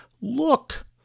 Look